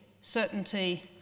certainty